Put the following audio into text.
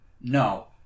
no